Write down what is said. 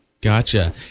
Gotcha